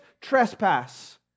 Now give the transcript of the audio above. trespass